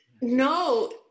No